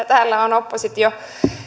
täällä on oppositio